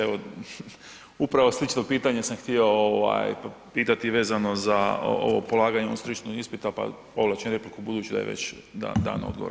Evo, upravo slično pitanje sam htio pitati vezano za ovo polaganje stručnog ispita, pa povlačim repliku budući da je već dan odgovor.